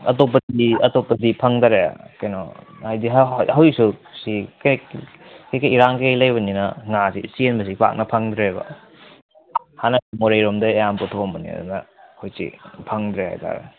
ꯑꯇꯣꯞꯄꯗꯤ ꯑꯇꯣꯞꯄꯗꯤ ꯐꯪꯗꯔꯦ ꯀꯩꯅꯣ ꯍꯥꯏꯗꯤ ꯍꯧꯖꯤꯛꯁꯨ ꯁꯤ ꯀꯩꯀꯩ ꯏꯔꯥꯡ ꯀꯩꯀꯩ ꯂꯩꯕꯅꯤꯅ ꯉꯥꯁꯤ ꯆꯦꯟꯕꯁꯤ ꯄꯥꯛꯅ ꯐꯪꯗ꯭ꯔꯦꯕ ꯍꯥꯟꯅ ꯃꯣꯔꯦꯔꯣꯝꯗꯩ ꯑꯌꯥꯝꯕ ꯄꯨꯊꯣꯛꯑꯝꯕꯅꯤ ꯑꯗꯨꯅ ꯍꯨꯖꯤꯛ ꯐꯪꯗ꯭ꯔꯦ ꯍꯥꯏ ꯇꯥꯔꯦ